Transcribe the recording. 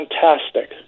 fantastic